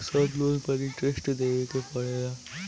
सब लोन पर इन्टरेस्ट देवे के पड़ेला?